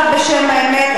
את דיברת בשם האמת.